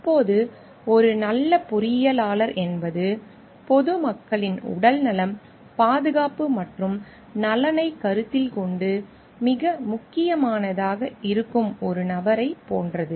இப்போது ஒரு நல்ல பொறியியலாளர் என்பது பொது மக்களின் உடல்நலம் பாதுகாப்பு மற்றும் நலனைக் கருத்தில் கொண்டு மிக முக்கியமானதாக இருக்கும் ஒரு நபரைப் போன்றது